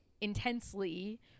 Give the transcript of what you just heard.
intensely